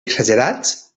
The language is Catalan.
exagerats